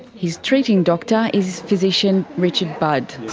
his treating doctor is physician richard budd.